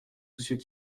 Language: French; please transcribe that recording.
soucieux